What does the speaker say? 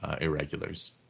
irregulars